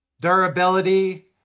Durability